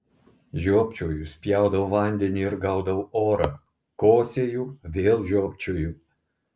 žiopčioju spjaudau vandenį ir gaudau orą kosėju vėl žiopčioju